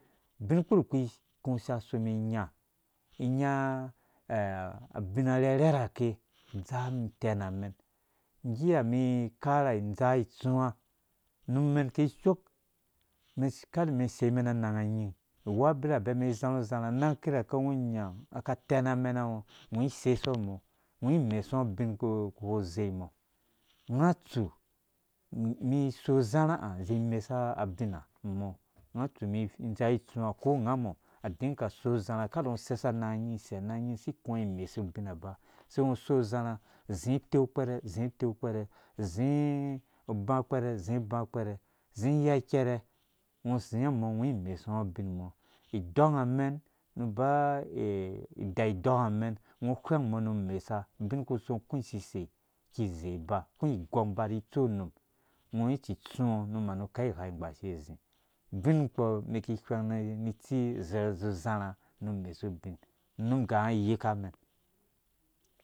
Ubin kpurkpi umum iki iku isaasu mum inya inya abina arhɛrhe rhake adzaa umum itɛm amɛn ngge ha umum ikara indzaa itsu wa nu umen kishook umɛn ker umɛn isei mɛn iki izarhu uzarha nanga kirakɛ ungo unya aka atɛn amenango ungo ungo isesɔ mɔ ungo imo sungo ubin kuze mɔ ungo atsu umum iso uzarha hãizi imesa abin ha mɔ uga atsu umum indzaa itsuwa ko ungamɔ adiga aso uzarha kada ungo useisɔ ananga nying isei ananga nying si ikua imesu ubin aba sai ungo uso uzarha uzi uteu ukpɛrɛ. uzi uteu ukpɛrɛ uzi iyakɛrɛ ungo uzio mɔ ungo imesu ubin mɔ idɔngamɛn nuba ida idɔng amɛn ungo whwɛngmɔ nu umesa ubin ukusong uku isisei kize iba ukũ igong ba ri itso unum ungo itsitsu ngo nu manu kai vigha ingbaashe uzi ubinkpɔ umum iki ihweng ni itsu izarhu uzu zarhãnu umesu ubin unum igange ayikanga umen